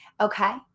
Okay